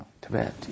Tibet